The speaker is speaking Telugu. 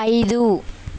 ఐదు